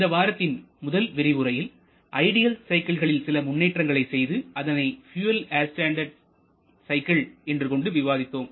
இந்த வாரத்தின் முதல் விரிவுரையில் ஐடியல் சைக்கிள்களில் சில முன்னேற்றங்களை செய்து அதனை பியூயல் ஏர் சைக்கிள் என்று கொண்டு விவாதித்தோம்